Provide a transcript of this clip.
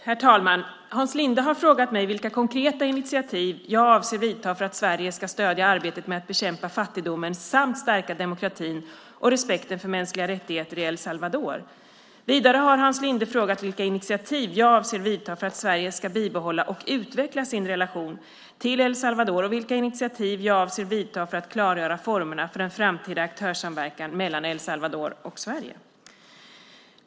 Herr talman! Hans Linde har frågat mig vilka konkreta initiativ jag avser att ta för att Sverige ska stödja arbetet med att bekämpa fattigdomen samt stärka demokratin och respekten för mänskliga rättigheter i El Salvador. Vidare har Hans Linde frågat vilka initiativ jag avser att ta för att Sverige ska bibehålla och utveckla sin relation till El Salvador och vilka initiativ jag avser att ta för att klargöra formerna för en framtida aktörssamverkan mellan El Salvador och Sverige.